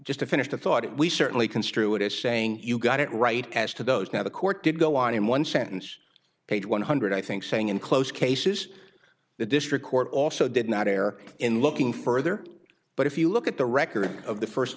just to finish the thought we certainly construe it as saying you got it right as to those that the court did go on in one sentence page one hundred i think saying in close cases the district court also did not err in looking further but if you look at the record of the first